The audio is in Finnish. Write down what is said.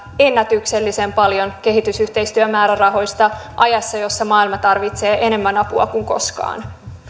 ennätyksellisen paljon kehitysyhteistyömäärärahoista ajassa jossa maailma tarvitsee apua enemmän kuin koskaan